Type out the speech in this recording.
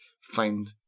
find